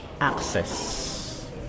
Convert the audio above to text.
access